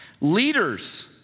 Leaders